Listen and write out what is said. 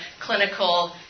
clinical